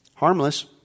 Harmless